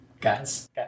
guys